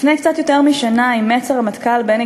לפני קצת יותר משנה אימץ הרמטכ"ל בני